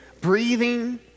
breathing